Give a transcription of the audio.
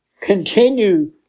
continue